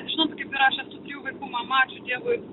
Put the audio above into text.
žinot kaip ir aš esu trijų vaikų mama ačiū dievui